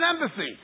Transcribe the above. Embassy